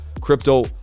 crypto